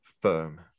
firm